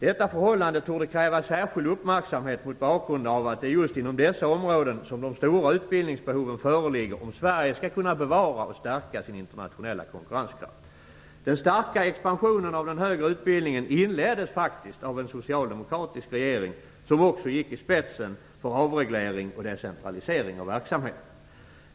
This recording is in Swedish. Detta förhållande torde kräva särskild uppmärksamhet mot bakgrund av att det just är inom dessa områden som de stora utbildningsbehoven föreligger om Sverige skall kunna bevara och stärka sin internationella konkurrenskraft. Den starka expansionen av den högre utbildningen inleddes faktiskt av en socialdemokratisk regering som också gick i spetsen för avreglering och decentralisering av verksamheten.